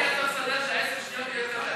(תיקון מס' 10 והוראת שעה),